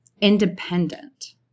independent